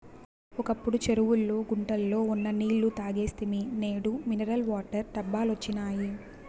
ఒకప్పుడు చెరువుల్లో గుంటల్లో ఉన్న నీళ్ళు తాగేస్తిమి నేడు మినరల్ వాటర్ డబ్బాలొచ్చినియ్